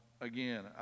Again